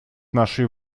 нашей